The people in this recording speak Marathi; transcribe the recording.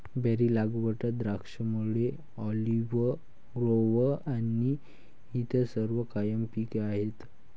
बेरी लागवड, द्राक्षमळे, ऑलिव्ह ग्रोव्ह आणि इतर सर्व कायम पिके आहेत